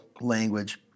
language